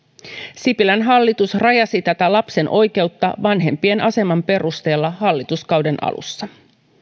sipilän hallitus rajasi tätä lapsen oikeutta vanhempien aseman perusteella hallituskauden alussa